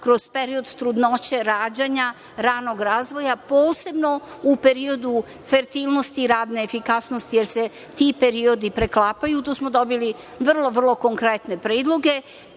kroz period trudnoće, rađanja, ranog razvoja, posebno u periodu fertilnosti radne efikasnosti, jer se ti periodi preklapaju. To smo dobili vrlo, vrlo konkretne predloge